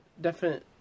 definite